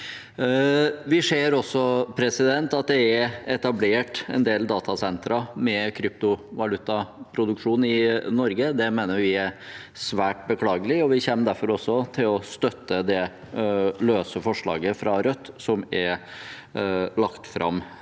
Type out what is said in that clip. Vi ser også at det er etablert en del datasentre med kryptovalutaproduksjon i Norge. Det mener vi er svært beklagelig, og vi kommer derfor til å støtte det løse forslaget fra Rødt som er lagt fram